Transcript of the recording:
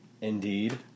Indeed